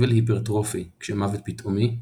אבל היפרטרופי כשמוות פתאומי,